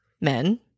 men